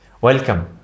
welcome